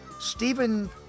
Stephen